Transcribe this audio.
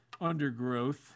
undergrowth